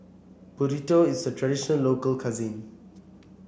Burrito is a traditional local cuisine